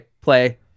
play